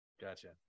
Gotcha